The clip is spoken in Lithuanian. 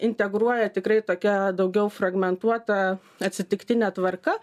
integruoja tikrai tokia daugiau fragmentuota atsitiktine tvarka